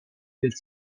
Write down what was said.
del